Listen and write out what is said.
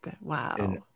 Wow